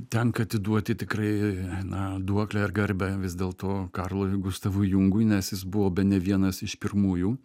tenka atiduoti tikrai na duoklę ir garbę vis dėlto karlui gustavui jungui nes jis buvo bene vienas iš pirmųjų